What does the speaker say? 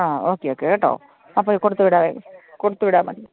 ആ okay okay കേട്ടോ അപ്പോൾ കൊടുത്ത് വിടാം കൊടുത്ത് വിടാം